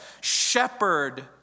Shepherd